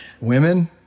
women